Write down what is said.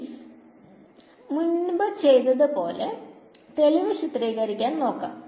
ഇനി മന്നത് മുൻപ് ചെയ്തത് പോലെ തെളിവ് ചിത്രീകരിക്കാൻ നോക്കാം